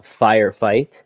firefight